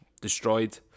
destroyed